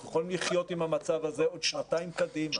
אנחנו יכולים לחיות עם המצב הזה עוד שנתיים קדימה.